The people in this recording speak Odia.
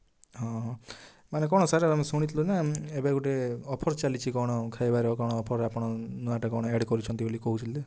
ହଁ ମାନେ କ'ଣ ସାର୍ ଆମେ ଶୁଣିଥିଲୁ ନା ଏବେ ଗୋଟେ ଅଫର୍ ଚାଲିଛି କ'ଣ ଖାଇବାର କ'ଣ ଅଫର୍ ଆପଣ ନୂଆଟେ କ'ଣ ଆଡ଼୍ କରିଛନ୍ତି ବୋଲି କହିଥିଲେ